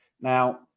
Now